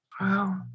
Wow